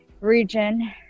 region